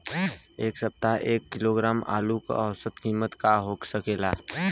एह सप्ताह एक किलोग्राम आलू क औसत कीमत का हो सकेला?